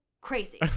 crazy